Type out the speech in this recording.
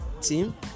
team